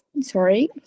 Sorry